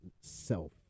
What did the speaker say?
self